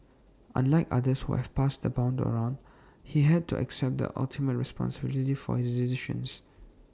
unlike others who have passed the buck around he had to accept the ultimate responsibility for his decisions